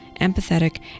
empathetic